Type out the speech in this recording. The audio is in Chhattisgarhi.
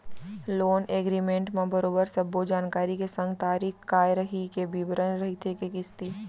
लोन एगरिमेंट म बरोबर सब्बो जानकारी के संग तारीख काय रइही के बिबरन रहिथे के किस्ती